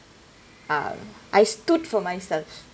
uh I stood for myself